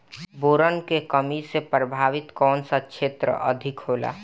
Boron के कमी से प्रभावित कौन सा क्षेत्र अधिक होला?